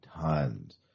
tons